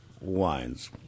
Wines